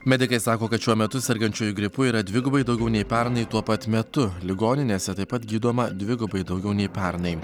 medikai sako kad šiuo metu sergančiųjų gripu yra dvigubai daugiau nei pernai tuo pat metu ligoninėse taip pat gydoma dvigubai daugiau nei pernai